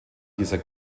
dieser